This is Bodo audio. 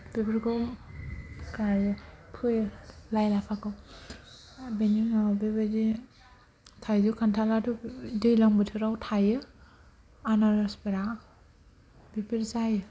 बेफोरखौ गायो फोयो लाइ लाफाखौ आरो बेनि उनाव बेबायदि थाइजौ खान्थालाथ' दैज्लां बोथोराव थायो आनारसफोरा बेफोर जायो